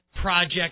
project